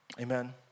Amen